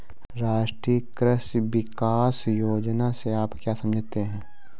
राष्ट्रीय कृषि विकास योजना से आप क्या समझते हैं?